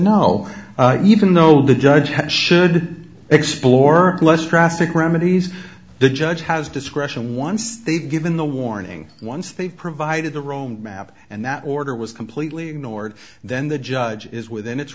no even though the judge should explore less drastic remedies the judge has discretion once they've given the warning once they've provided the wrong map and that order was completely ignored then the judge is within its